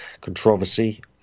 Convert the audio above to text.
controversy